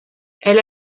elle